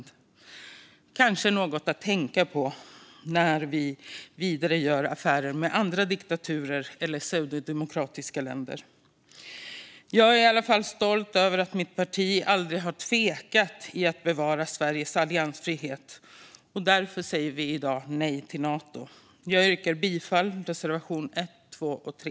Det är kanske något att tänka på när vi gör affärer med andra diktaturer eller pseudodemokratiska länder. Jag är i alla fall stolt över att mitt parti aldrig har tvekat i fråga om att bevara Sveriges alliansfrihet, och därför säger vi i dag nej till Nato. Jag yrkar bifall till reservationerna 1, 2 och 3.